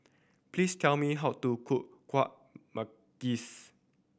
please tell me how to cook Kuih Manggis